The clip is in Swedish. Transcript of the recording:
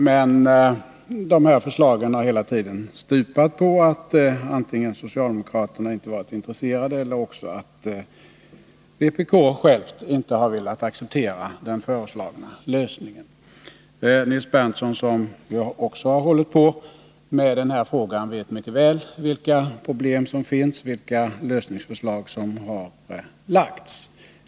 Men dessa förslag har hela tiden stupat antingen på att 20 maj 1981 socialdemokraterna inte har varit intresserade eller på att vpk självt inte har velat acceptera den föreslagna lösningen. Nils Berndtson, som också har 5 |=: Granskning av arbetat med denna fråga, vet mycket väl vilka problem som finns och vilka lösningsförslag som har lagts fram.